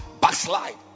backslide